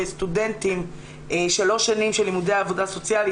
סטודנטים שלוש שנים של לימודי עבודה סוציאלית.